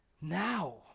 now